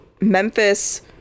Memphis